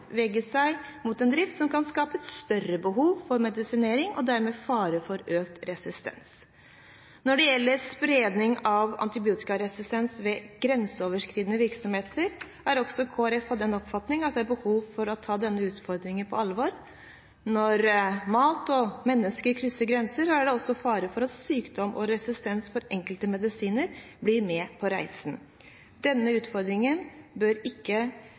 seg mot en drift som kan skape et større behov for medisinering og dermed fare for økt resistens. Når det gjelder spredning av antibiotikaresistens ved grenseoverskridende virksomheter, er Kristelig Folkeparti av den oppfatning at det er behov for å ta denne utfordringen på alvor. Når mat og mennesker krysser grenser, er det også fare for at sykdom og resistens mot enkelte medisiner blir med på reisen. Denne utfordringen bør